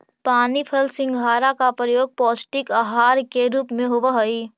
पानी फल सिंघाड़ा का प्रयोग पौष्टिक आहार के रूप में होवअ हई